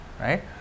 Right